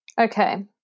Okay